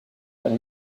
ein